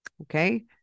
Okay